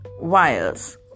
wires